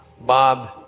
Bob